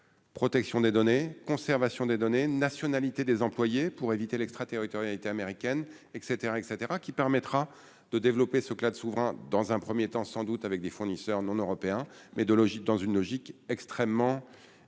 protection des données, conservation des données nationalités des employés pour éviter l'extraterritorialité américaine et cetera, et cetera qui permettra de développer ce que la de souverain dans un 1er temps sans doute avec des fournisseurs non européens mais de logique dans une logique extrêmement isolés,